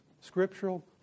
Scriptural